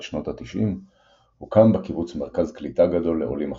שנות ה-90 הוקם בקיבוץ מרכז קליטה גדול לעולים החדשים,